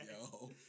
yo